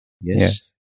Yes